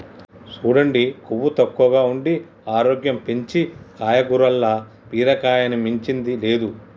సూడండి కొవ్వు తక్కువగా ఉండి ఆరోగ్యం పెంచీ కాయగూరల్ల బీరకాయని మించింది లేదు